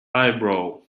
eyebrow